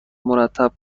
مرتب